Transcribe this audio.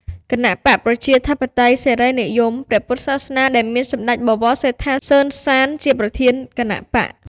គណបក្សប្រជាធិបតេយ្យសេរីនិយម ព្រះពុទ្ធសាសនា ដែលមានសម្តេចបវរសេដ្ឋា សឺន សាន ជាប្រធានគណបក្ស។